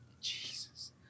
Jesus